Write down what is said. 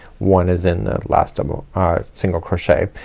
one is in the last double ah, single crochet.